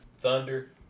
thunder